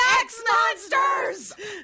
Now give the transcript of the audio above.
X-Monsters